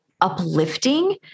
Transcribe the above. uplifting